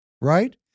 right